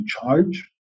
charge